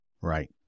Right